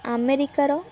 ଆମେରିକାର